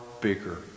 bigger